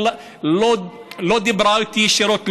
לא דיברה איתי ישירות,